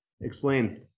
Explain